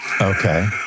okay